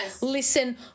Listen